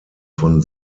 von